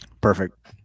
Perfect